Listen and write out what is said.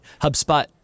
HubSpot